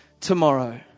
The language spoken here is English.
tomorrow